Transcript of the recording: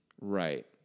Right